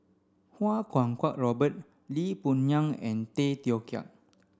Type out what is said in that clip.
Kuo Kwong Robert Lee Boon Ngan and Tay Teow Kiat